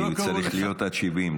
כי זה צריך להיות עד 70,